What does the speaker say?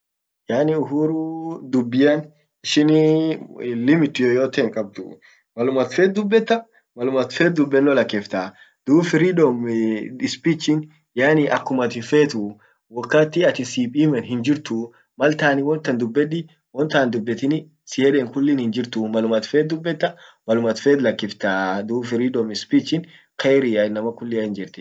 yaani uhuru dubian ishiniih hinlimit yoyote hinkabduh, malum at fet dubbeta, walum at fet dubbenoh lakiftah, dub freedom ispichin yaani akkum attin fetuh, wakati atin si pimen hinjirtuh, mal taani wan tan dubeddi, wan tan hindubbetini siyeden kullin hinjirtu, malum at fet dubbetah, malum at fet lakiftaah, dub freedom ispichin keriah innama kulliah hinjirti.